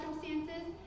circumstances